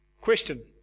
Question